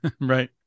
Right